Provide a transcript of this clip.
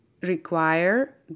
require